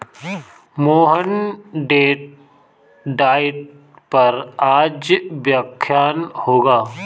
मोहन डेट डाइट पर आज व्याख्यान होगा